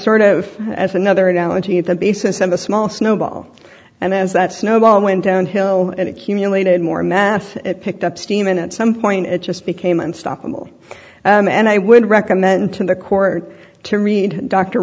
sort of as another analogy at the basis of a small snowball and as that snowball went downhill and accumulated more math it picked up steam and at some point it just became unstoppable and i would recommend to the court to read dr